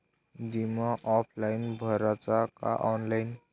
बिमा ऑफलाईन भराचा का ऑनलाईन?